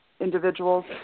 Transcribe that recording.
individuals